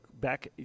back